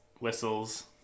Whistles